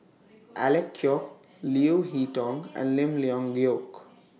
Alec Kuok Leo Hee Tong and Lim Leong Geok